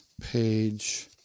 page